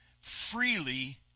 freely